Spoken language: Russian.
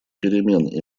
перемен